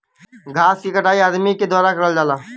घास के कटाई अदमी के द्वारा करल जाला